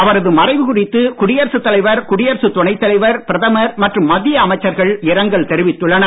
அவரது மறைவு குறித்து குடியரசுத் தலைவர் குடியரசுத் துணைத் தலைவர் பிரதமர் மற்றும் மத்திய அமைச்சர்கள் இரங்கல் தெரிவித்துள்ளனர்